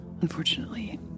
Unfortunately